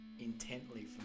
intently